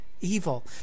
Evil